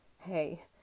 Hey